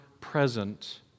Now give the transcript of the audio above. present